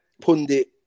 Pundit